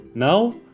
Now